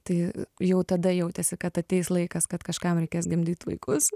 tai jau tada jautėsi kad ateis laikas kad kažkam reikės gimdyt vaikus